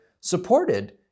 supported